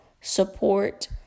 support